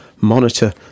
monitor